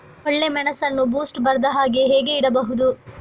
ಒಳ್ಳೆಮೆಣಸನ್ನು ಬೂಸ್ಟ್ ಬರ್ದಹಾಗೆ ಹೇಗೆ ಇಡಬಹುದು?